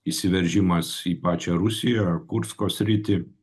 įsiveržimas į pačią rusiją į kursko sritį